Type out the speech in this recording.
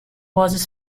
was